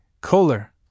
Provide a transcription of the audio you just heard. Kohler